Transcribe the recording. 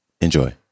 Enjoy